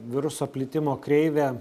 viruso plitimo kreivė